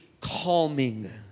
calming